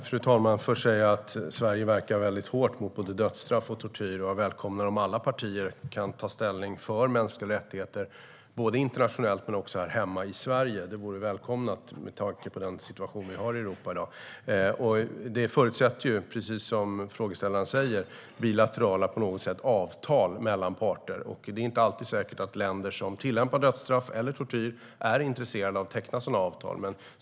Fru talman! Sverige arbetar hårt mot både dödsstraff och tortyr. Jag välkomnar om alla partier kan ta ställning för mänskliga rättigheter både internationellt och här hemma i Sverige. Det vore välkommet med tanke på den situation vi har i Europa. Det som efterfrågas förutsätter, precis som frågeställaren säger, bilaterala avtal mellan parter. Det är inte alltid säkert att länder som tillämpar dödsstraff eller tortyr är intresserade av att teckna sådana avtal.